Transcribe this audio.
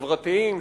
חברתיים,